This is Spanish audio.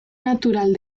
natural